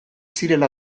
zirela